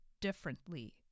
differently